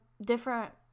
different